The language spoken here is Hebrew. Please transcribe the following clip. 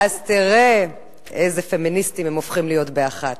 ואז תראה איזה פמיניסטים הם הופכים להיות באחת.